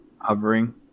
hovering